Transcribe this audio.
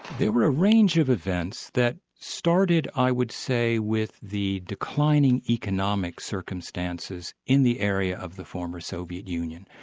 there were a range of events that started, i would say, with the declining economic circumstances in the area of the former soviet union.